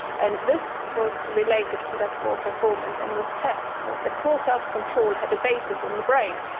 and this was related to their poor performance on this test so the poor self-control had a basis in the brain.